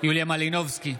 יוליה מלינובסקי,